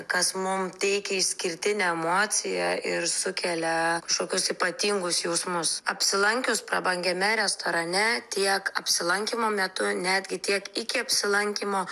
kas mum teikia išskirtinę emociją ir sukelia kažkokius ypatingus jausmus apsilankius prabangiame restorane tiek apsilankymo metu netgi tiek iki apsilankymo